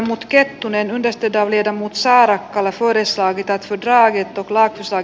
timo kalli on testata viedä mut saarakkala soidessa agitat litrainen tuplaten sak